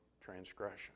transgression